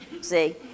See